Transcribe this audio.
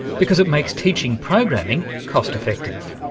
because it makes teaching programming cost-effective.